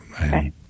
right